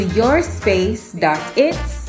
yourspace.its